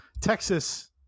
Texas